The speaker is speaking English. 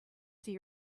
see